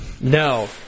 No